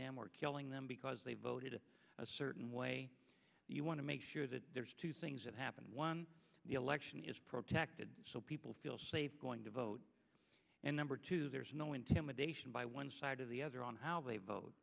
them or killing them because they voted in a certain way you want to make sure that there's two things that happened once the election is protected so people feel safe going to vote and number two there's no intimidation by one side or the other on how they vote